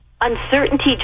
uncertainty